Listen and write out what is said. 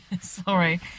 Sorry